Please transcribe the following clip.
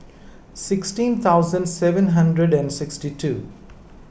sixteen thousand seven hundred and sixty two